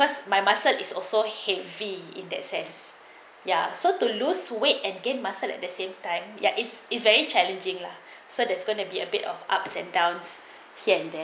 because my muscle is also heavy in that sense ya so to lose weight and gain muscle at the same time ya is is very challenging lah so that's gonna be a bit of ups and downs there